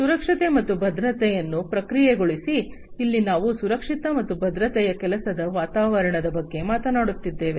ಸುರಕ್ಷತೆ ಮತ್ತು ಭದ್ರತೆಯನ್ನು ಪ್ರಕ್ರಿಯೆಗೊಳಿಸಿ ಇಲ್ಲಿ ನಾವು ಸುರಕ್ಷಿತ ಮತ್ತು ಭದ್ರತೆಯ ಕೆಲಸದ ವಾತಾವರಣದ ಬಗ್ಗೆ ಮಾತನಾಡುತ್ತಿದ್ದೇವೆ